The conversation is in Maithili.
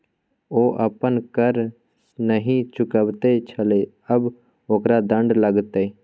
ओ अपन कर नहि चुकाबैत छल आब ओकरा दण्ड लागतै